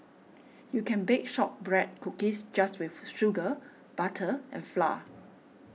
you can bake Shortbread Cookies just with sugar butter and flour